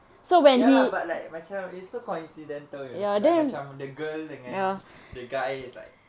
ya lah but like macam it's so coincidental you know like macam the girl dengan the guy is like